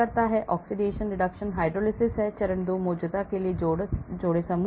Oxidation reduction hydrolysis चरण 2 मौजूदा के लिए जोड़े समूह